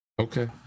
Okay